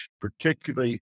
particularly